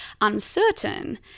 uncertain